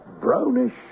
brownish